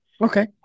okay